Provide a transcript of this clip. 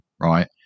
right